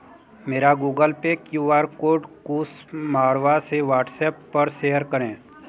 मेरा Google Pay Q R code Kush Marwah से WhatsApp पर सेयर करें